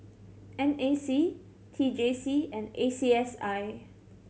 N A C T J C and A C S I